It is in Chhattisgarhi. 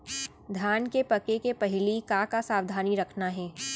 धान के पके के पहिली का का सावधानी रखना हे?